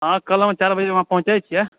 अऽ कल हम चारि बजे वहाँ पहुँचे छियै